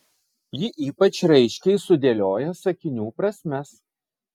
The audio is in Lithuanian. ji ypač raiškiai sudėlioja sakinių prasmes